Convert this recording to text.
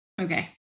Okay